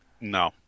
No